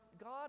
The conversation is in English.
God